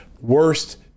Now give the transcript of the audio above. worst